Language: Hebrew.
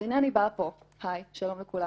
אז הנה אני באה פה הי, שלום לכולם